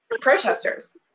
protesters